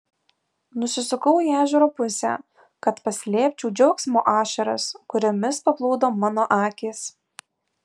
nusisukau į ežero pusę kad paslėpčiau džiaugsmo ašaras kuriomis paplūdo mano akys